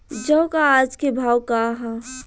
जौ क आज के भाव का ह?